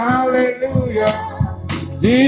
Hallelujah